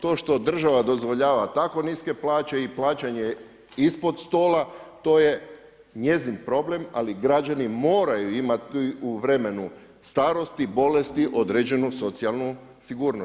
To što država dozvoljava tako niske plaće i plaćanje ispod stola, to je njezin problem, ali građani moraju imati u vremenu starosti, bolesti određenu socijalnu sigurnost.